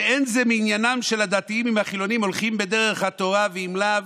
שאין זה מעניינם של הדתיים אם החילונים הולכים בדרך התורה ואם לאו,